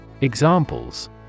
Examples